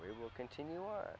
we will continue our